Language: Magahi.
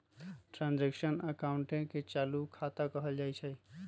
ट्रांजैक्शन अकाउंटे के चालू खता कहल जाइत हइ